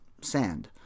sand